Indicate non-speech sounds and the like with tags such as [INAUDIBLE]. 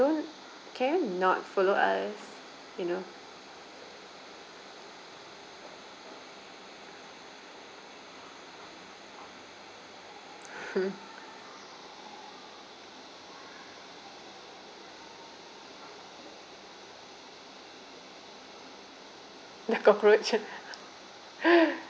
can you not follow us you know [LAUGHS] the cockroach [LAUGHS]